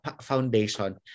foundation